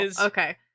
Okay